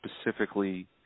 specifically